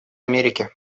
америки